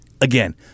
again